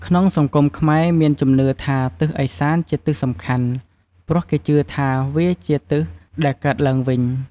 ក្នុងសង្គមខ្មែរមានជំនឿថាទិសឦសានជាទិសសំខាន់ ព្រោះគេជឿ ថាវាជាទិសដែលកើតឡើងវិញ។